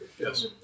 Yes